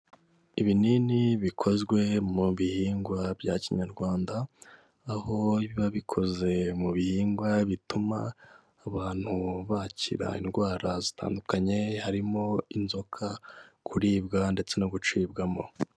Ibinini bikozwe mu bihingwa bya Kinyarwanda, aho biba bikoze mu bihingwa bituma abantu bakira indwara zitandukanye, harimo inzoka, kuribwa ndetse no gucibwamo.